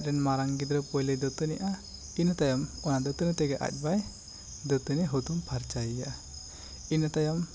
ᱟᱡ ᱨᱮᱱ ᱢᱟᱨᱟᱝ ᱜᱤᱫᱽᱨᱟᱹᱭ ᱯᱩᱭᱞᱩᱭ ᱫᱟᱹᱛᱟᱹᱱᱤᱜᱼᱟ ᱤᱱᱟᱹ ᱛᱟᱭᱚᱢ ᱚᱱᱟ ᱫᱟᱹᱛᱟᱹᱱᱤ ᱛᱮᱜᱮ ᱟᱡ ᱵᱟᱵᱟᱭ ᱫᱟᱹᱛᱟᱹᱱᱤ ᱦᱩᱛᱩᱢ ᱯᱷᱟᱨᱪᱟ ᱮᱭᱟ ᱤᱱᱟᱹ ᱛᱟᱭᱚᱢ